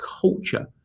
culture